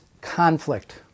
conflict